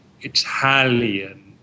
Italian